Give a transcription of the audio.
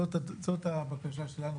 זאת הבקשה שלנו